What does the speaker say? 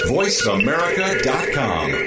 voiceamerica.com